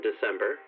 December